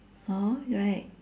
oh right